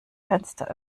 fenster